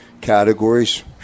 categories